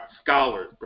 scholars